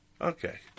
Okay